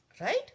right